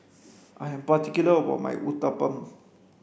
I am particular about my Uthapam